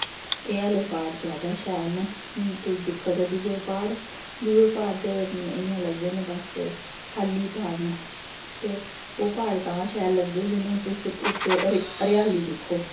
एह् आह्ले प्हाड़ जैदा शैल न तुस दिक्खो ते दुए प्हाड़ दुए प्हाड़ ते इ'यां लगदे न बस खाल्ली प्हाड़ न ते ओह् प्हाड़ तां शैल लगदे जदूं तुस उत्त हरि हरियाली दिक्खो